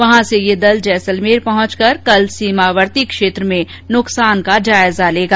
वहां से ये दल जैसलमेर पहुंचकर कल सीमावर्ती क्षेत्र में नुकसान का जायजा लेगा